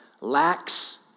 lacks